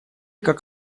как